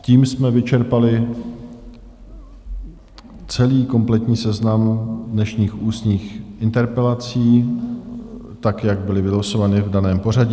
Tím jsme vyčerpali celý kompletní seznam dnešních ústních interpelací tak, jak byly vylosovány v daném pořadí.